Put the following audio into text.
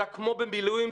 אלא כמו במילואים,